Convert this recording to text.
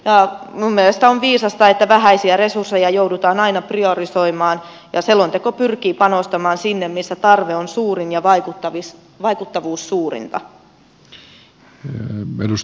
minun mielestäni on viisasta että vähäisiä resursseja joudutaan aina priorisoimaan ja selonteko pyrkii panostamaan sinne missä tarve on suurin ja vaikuttavuus suurinta